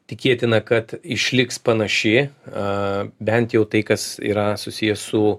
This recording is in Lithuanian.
tikėtina kad išliks panaši a bent jau tai kas yra susiję su